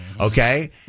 okay